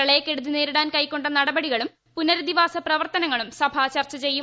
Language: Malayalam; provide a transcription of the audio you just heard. പ്രളയക്കെടുതി നേരിടാൻ കൈക്കൊണ്ട നടപടികളും പുനരധിവാസ പ്രവർത്തനങ്ങളും സഭ ചർച്ച ചെയ്യും